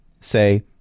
say